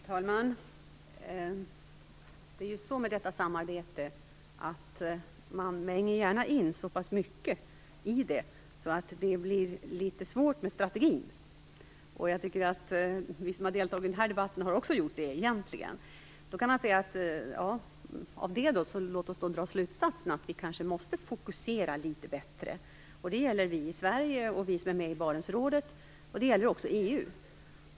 Fru talman! Det är ju så att man i detta samarbete gärna väger in så pass mycket att det blir litet svårigheter med strategin. Det tycker jag att vi som har deltagit i denna debatten också har gjort egentligen. Av detta kan vi dra slutsatsen att vi kanske måste fokusera litet bättre. Det gäller oss i Sverige, oss som är med Barentsrådet och det gäller också EU.